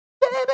baby